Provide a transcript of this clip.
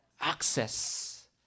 access